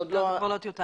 זה כבר לא טיוטה.